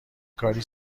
کاری